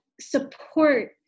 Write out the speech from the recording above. support